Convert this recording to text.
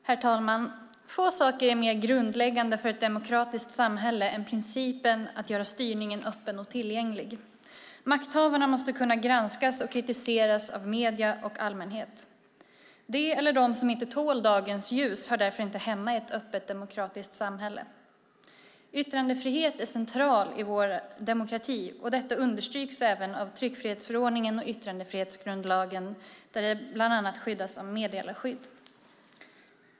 Herr talman! Få saker är mer grundläggande för ett demokratiskt samhälle än principen att göra styrningen öppen och tillgänglig. Makthavarna måste kunna granskas och kritiseras av medier och allmänhet. Det eller de som inte tål dagens ljus hör därför inte hemma i ett öppet, demokratiskt samhälle. Yttrandefriheten är central i vår demokrati, och detta understryks även i tryckfrihetsförordningen och yttrandefrihetsgrundlagen där det bland annat skyddas av meddelarskyddet.